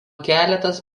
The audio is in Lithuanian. keletas